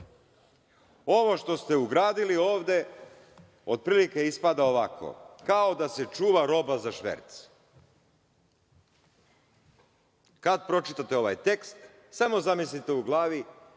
Ovo što ste ugradili ovde, otprilike ispada ovako, kao da se čuva roba za šverc. Kad pročitate ovaj tekst, samo zamislite u glavi